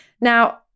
Now